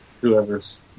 Whoever's